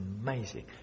amazing